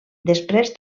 després